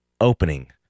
opening